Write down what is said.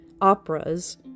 operas